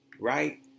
right